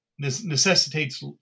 necessitates